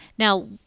Now